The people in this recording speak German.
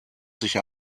sich